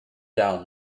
down